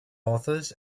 authors